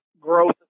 growth